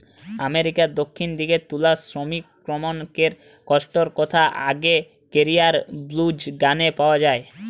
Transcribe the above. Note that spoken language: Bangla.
আমেরিকার দক্ষিণ দিকের তুলা শ্রমিকমনকের কষ্টর কথা আগেকিরার ব্লুজ গানে পাওয়া যায়